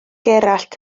gerallt